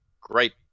great